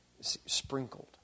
Sprinkled